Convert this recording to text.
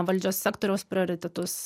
valdžios sektoriaus prioritetus